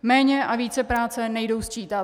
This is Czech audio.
Méně a vícepráce nejdou sčítat.